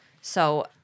So-